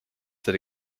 that